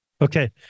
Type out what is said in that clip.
Okay